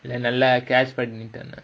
நல்லா:nallaa cash பண்ணிட்டான்:pannittaan